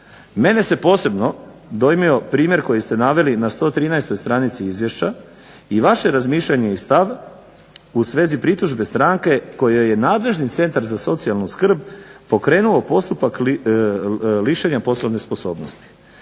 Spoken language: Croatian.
Mene se posebno dojmio primjer koji ste naveli na 113. stranici izvješća i vaše razmišljanje i stav u svezi pritužbe stranke koja je nadležni centar za socijalnu skrb pokrenuo postupak lišenja poslovne sposobnosti.